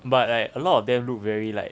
but right a lot of them look very like